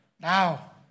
Now